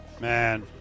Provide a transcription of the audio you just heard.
Man